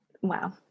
Wow